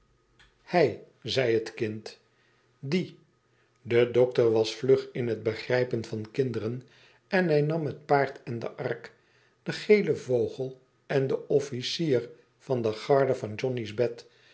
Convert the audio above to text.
hij zei het kind dier de dokter was vlug in het begrijpen van kinderen en hij nam het paard en de ark den gelen vogel en den officier van de garde van johnny's bed